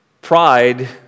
Pride